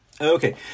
Okay